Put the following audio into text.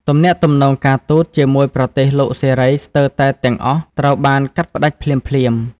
ទំនាក់ទំនងការទូតជាមួយប្រទេសលោកសេរីស្ទើរតែទាំងអស់ត្រូវបានកាត់ផ្ដាច់ភ្លាមៗ។